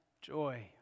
Joy